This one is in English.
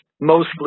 mostly